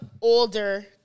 older